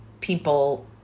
people